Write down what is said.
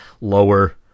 lower